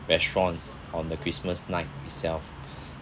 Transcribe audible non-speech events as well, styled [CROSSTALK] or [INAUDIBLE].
restaurants on the christmas night itself [BREATH]